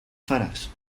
faràs